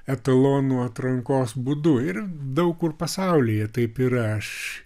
etalonų atrankos būdu ir daug kur pasaulyje taip yra aš